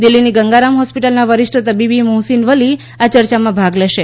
દિલ્ફીની ગંગારામ હોસ્પિટલના વરિષ્ટ તબીબી મોહસીન વલી આ ચર્ચામાં ભાગ લેશે